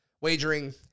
wagering